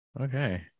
okay